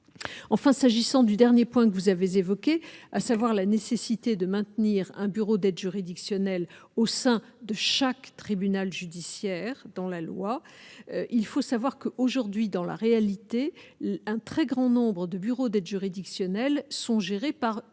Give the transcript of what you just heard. Enfin, s'agissant du dernier point que vous avez évoquées, à savoir la nécessité de maintenir un bureau d'aide juridictionnelle au sein de chaque tribunal judiciaire dans la loi, il faut savoir qu'aujourd'hui, dans la réalité, un très grand nombre de bureau d'aide juridictionnelle sont gérés par une